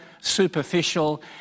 superficial